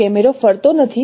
જો કેમેરો ફરતો નથી